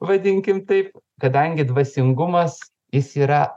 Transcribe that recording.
vadinkim taip kadangi dvasingumas jis yra